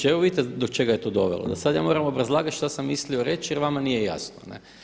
Evo vidite do čega je to dovelo da ja sad moram obrazlagati šta sam mislio reći jer vama nije jasno.